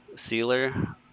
sealer